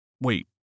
Wait